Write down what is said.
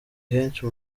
henshi